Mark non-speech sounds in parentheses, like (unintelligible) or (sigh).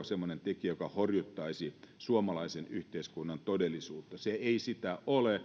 (unintelligible) semmoinen tekijä joka horjuttaisi suomalaisen yhteiskunnan todellisuutta se ei sitä ole